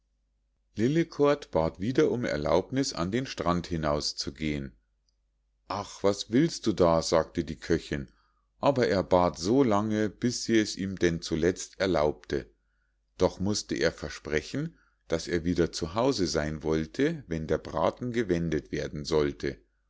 lillekort bat wieder um erlaubniß an den strand hinauszugehen ach was willst du da sagte die köchinn aber er bat so lange bis sie es ihm denn zuletzt erlaubte doch mußte er versprechen daß er wieder zu hause sein wollte wenn der braten gewendet werden sollte